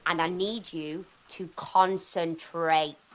and need you to concentrate,